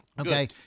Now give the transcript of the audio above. Okay